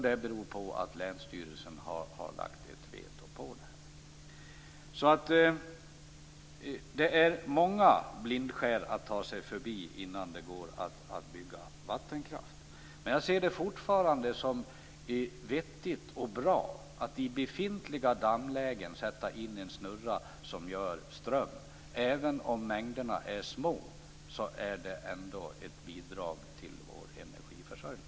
Det beror på att länsstyrelsen har lagt ett veto på det. Det är många blindskär att ta sig förbi innan det går att bygga vattenkraft. Men jag ser det fortfarande som vettigt och bra att i befintliga dammlägen sätta in en snurra som ger ström. Även om mängderna är små är det ett bidrag till vår energiförsörjning.